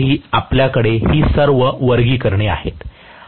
मोटर्समध्येही आमच्याकडे ही सर्व वर्गीकरणे आहेत